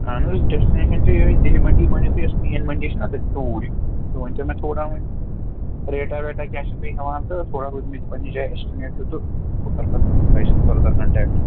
اَہَن حظ ڈیسٹِنیشَن چھِ یِہَے دِلہِ مٔنٛڈی مٲنِو تُہۍ یۄس مین مٔنٛڈی چھِنا تَتہِ توٗرۍ تُہۍ ؤنۍتَو مےٚ تھوڑا وۄنۍ ریٹاہ ویٹاہ کیٛاہ چھِو تُہۍ ہٮ۪وان تہٕ تھوڑا روٗزِ مےٚ تہِ پَنٕنہِ جایہِ اٮ۪سٹِمیٹ ہِیٛوٗ تہٕ بہٕ کرٕ پَتہٕ تۄہہِ سۭتۍ فٔردَر کَنٹیکٹہٕ